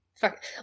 fuck